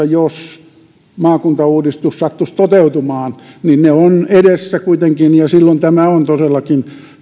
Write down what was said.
jos maakuntauudistus sattuisi toteutumaan ovat edessä kuitenkin ja silloin tämä on todellakin